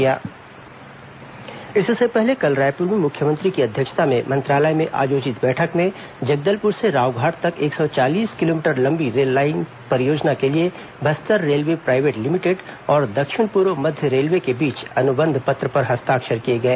Jagdalpur Rowghat MoU इससे पहले कल रायपुर में मुख्यमंत्री की अध्यक्षता में मंत्रालय में आयोजित बैठक में जगदलपुर से रावघाट तक एक सौ चालीस किलोमीटर लंबी रेललाइन परियोजना के लिए बस्तर रेलवे प्राइवेट लिमिटेड और दक्षिण पूर्व मध्य रेलवे के बीच अनुबंध पत्र पर हस्ताक्षर किए गए